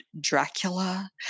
dracula